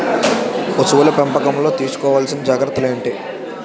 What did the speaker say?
పశువుల పెంపకంలో తీసుకోవల్సిన జాగ్రత్తలు ఏంటి?